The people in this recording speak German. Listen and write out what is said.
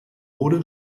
wurde